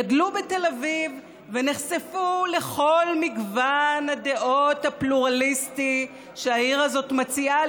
גדלו בתל אביב ונחשפו לכל מגוון הדעות הפלורליסטי שהעיר הזאת מציעה,